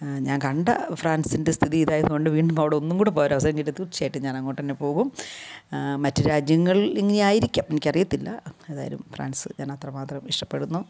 ഞാൻ കണ്ട ഫ്രാൻസിൻ്റെ സ്ഥിതി ഇതായത് കൊണ്ട് വീണ്ടും അവിടെ ഒന്നും കൂടെ അവസരം കിട്ടിയാൽ തീർച്ചയായും ഞാൻ അങ്ങോട്ട് തന്നെ പോകും മറ്റ് രാജ്യങ്ങൾ ഇങ്ങനെയായിരിക്കാം എനിക്കറിയില്ല ഏതായാലും ഫ്രാൻസ് ഞാൻ അത്ര മാത്രം ഇഷ്ടപ്പെടുന്നു